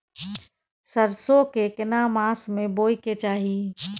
सरसो के केना मास में बोय के चाही?